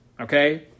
okay